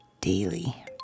daily